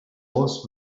was